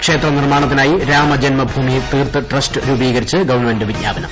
ക്ഷേത്രനിർമ്മാണത്തിനായി Ramjanmabhoomi Teerth trust രൂപീക്രിച്ച് government വിജ്ഞാപനം